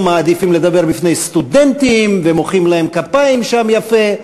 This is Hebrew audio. מעדיפים לדבר בפני סטודנטים ומוחאים להם שם כפיים יפה.